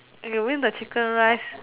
if you win the chicken rice